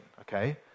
okay